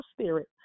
spirit